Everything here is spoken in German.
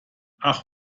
ach